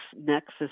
nexus